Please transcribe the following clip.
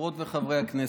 חברות וחברי הכנסת,